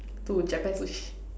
to Japan Sushi